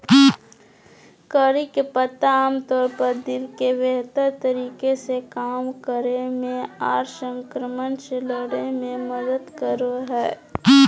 करी के पत्ता आमतौर पर दिल के बेहतर तरीका से काम करे मे आर संक्रमण से लड़े मे मदद करो हय